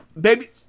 baby